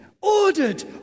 ordered